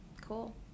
cool